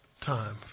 time